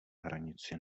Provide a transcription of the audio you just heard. hranici